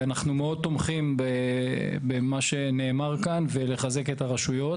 אנחנו מאוד תומכים במה שנאמר כאן ויש לחזק את הרשויות,